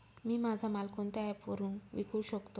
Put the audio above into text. मी माझा माल कोणत्या ॲप वरुन विकू शकतो?